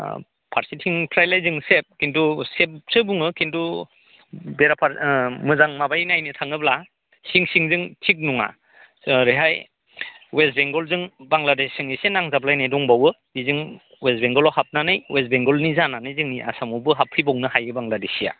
फारसेथिंफ्रायलाय जों सेभ किन्तु सेभसो बुङो किन्तु बेराफार मोजां माबायै नायनो थाङोब्ला सिं सिंजों थिक नङा ओरैहाय वेस्त बेंगलजों बांग्लादेशजों इसे नांजाबलायनाय दंबावो बिजों वेस्त बेंगलाव हाबनानै वेस्त बेंगलनि जानानै जोंनि आसामावबो हाबफैबावनो हायो बांग्लादेशिया